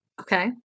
Okay